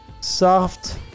Soft